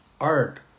art